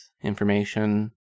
information